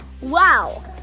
Wow